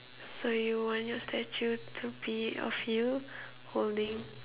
so you want your statue to be of you holding